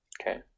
Okay